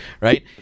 Right